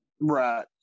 Right